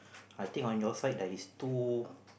I think on your side there is two